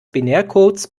binärcodes